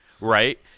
Right